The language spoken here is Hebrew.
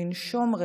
לנשום,